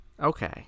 okay